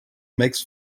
makes